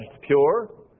pure